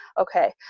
okay